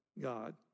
God